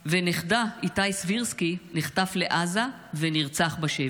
נכדה, איתי סבירסקי, נחטף לעזה ונרצח בשבי.